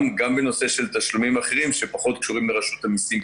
גם בנושא של תשלומים אחרים שפחות קשורים לרשות המיסים,